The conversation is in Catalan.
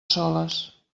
soles